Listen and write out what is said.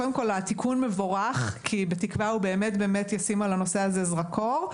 קודם כול התיקון מבורך כי בתקווה הוא באמת ישים על הנושא הזה זרקור,